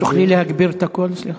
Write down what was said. תוכלי להגביר את הקול?